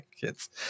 kids